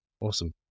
Awesome